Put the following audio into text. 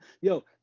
Yo